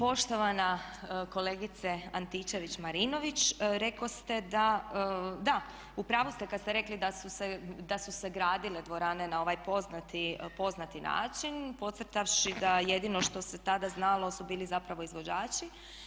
Poštovana kolegice Antičević Marinović, rekoste da, da u pravu ste kad ste rekli da su se gradile dvorane na ovaj poznati način pocrtavši da jedino što se tada znalo su bili zapravo izvođači.